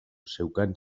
zeukan